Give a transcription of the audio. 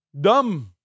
dumb